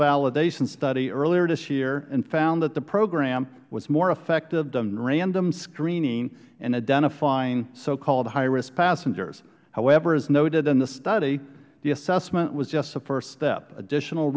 validation study earlier this year and found that the program was more effective than random screening in identifying socalled highrisk passengers however as noted in the study the assessment was just the first step additional